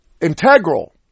integral